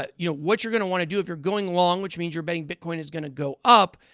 ah you know, what you're going to want to do if you're going long, which means you're betting bitcoin is going to go up,